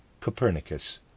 Copernicus